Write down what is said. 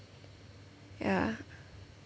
ya